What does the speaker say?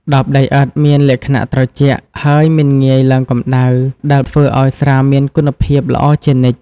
ដបដីឥដ្ឋមានលក្ខណៈត្រជាក់ ហើយមិនងាយឡើងកម្ដៅ ដែលធ្វើឱ្យស្រាមានគុណភាពល្អជានិច្ច។